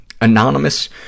anonymous